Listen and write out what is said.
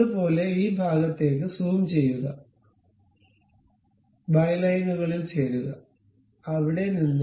അതുപോലെ ഈ ഭാഗത്തേക്ക് സൂം ചെയ്യുക ബൈലൈനുകളിൽ ചേരുക അവിടെ നിന്ന്